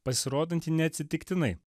pasirodantį ne atsitiktinai